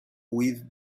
with